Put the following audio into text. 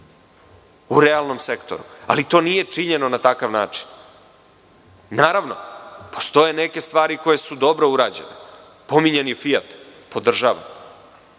u realnom sektoru. To nije činjeno na takav način. Naravno, postoje neke stvari koje su dobro urađene. Pominjan je Fijat. Podržavam.